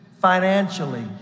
financially